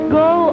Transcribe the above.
go